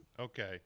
okay